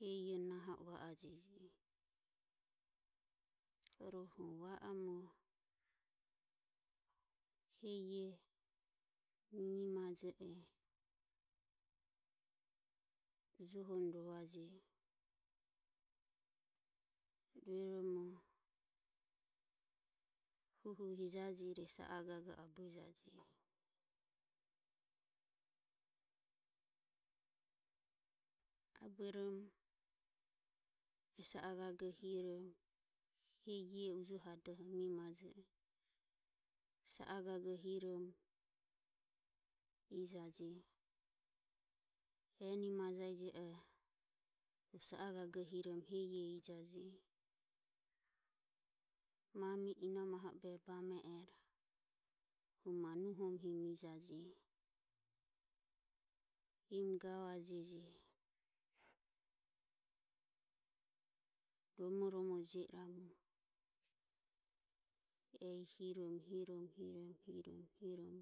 hehi ieaho naho i va ajeji rohu vaomo hehi iea hu mie maje ujohom rovaje rueromo huhu hijajire sa a gago abue jaje abuerom. sa a gago hirom hehi iea ujohado mie majo sa a gago hirom ijaje eni majae jio oho hu sa a gago hirom hehi iea ijaje mami inom aho o bame ero ma nuhom ijaje hirom gavajeji romo romo jio iramu ehi hirom, hirom, hirom